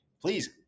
Please